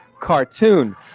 cartoon